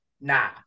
Nah